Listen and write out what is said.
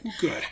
Good